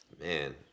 man